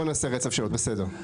בוא נעשה רצף שאלות, בסדר.